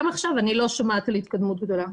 עכשיו אני לא שומעת על התקדמות גדולה.